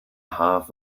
half